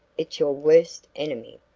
it's your worst enemy.